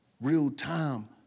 real-time